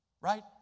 Right